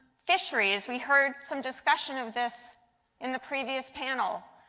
fisheries. we heard some discussion of this in the previous panel.